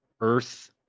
earth